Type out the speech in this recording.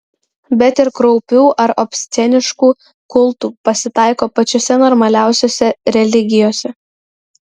bet ir kraupių ar obsceniškų kultų pasitaiko pačiose normaliausiose religijose